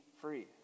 free